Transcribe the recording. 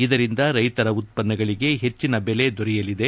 ಇದರಿಂದ ರೈತರ ಉತ್ಪನ್ನಗಳಿಗೆ ಹೆಚ್ಚಿನ ಬೆಲೆ ದೊರೆಯಲಿದೆ